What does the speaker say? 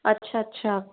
अच्छा अच्छा